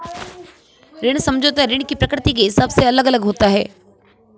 ऋण समझौता ऋण की प्रकृति के हिसाब से अलग अलग होता है